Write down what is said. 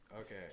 Okay